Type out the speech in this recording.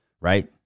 Right